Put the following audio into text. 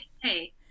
hey